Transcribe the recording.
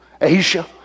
Asia